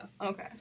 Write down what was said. Okay